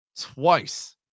twice